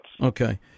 Okay